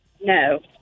No